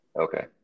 Okay